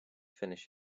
finish